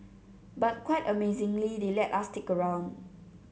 but quite amazingly they let us stick around